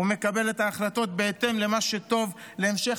ומקבל את ההחלטות בהתאם למה שטוב להמשך